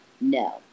no